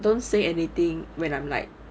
don't say anything when I'm like